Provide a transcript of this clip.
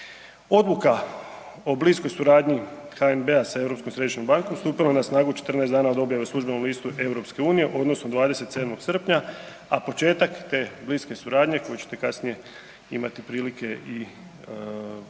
sa Europskom središnjom bankom stupila je na snagu 14 dana od objave u Službenom listu EU odnosno 27. srpnja, a početak te bliske suradnje koju ćete kasnije imati prilike raspraviti,